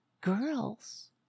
girls